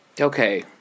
okay